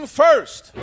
first